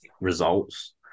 results